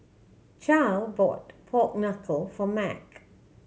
Charle bought pork knuckle for Mack